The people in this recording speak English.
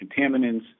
contaminants